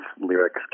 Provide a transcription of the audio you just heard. lyrics